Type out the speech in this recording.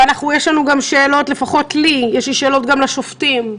יש לי שאלות גם לשופטים,